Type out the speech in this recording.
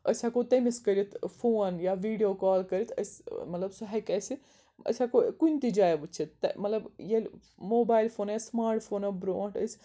أسۍ ہٮ۪کو تٔمِس کٔرِتھ فون یا ویٖڈیو کال کٔرِتھ أسۍ مطلب سُہ ہیٚکہِ اَسہِ أسۍ ہیٚکو کُنہِ تہِ جایہِ وٕچھِتھ مطلب ییٚلہِ موبایِل فونو یا سٔماٹ فونو برونٛٹھ أسۍ